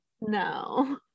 no